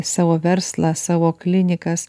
savo verslą savo klinikas